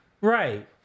Right